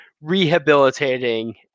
rehabilitating